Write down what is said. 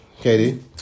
Katie